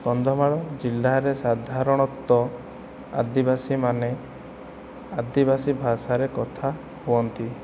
କନ୍ଧମାଳ ଜିଲ୍ଲାରେ ସାଧାରଣତଃ ଆଦିବାସୀମାନେ ଆଦିବାସୀ ଭାଷାରେ କଥାହୁଅନ୍ତି